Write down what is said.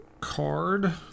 card